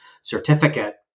certificate